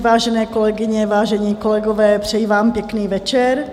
Vážené kolegyně, vážení kolegové, přeji vám pěkný večer.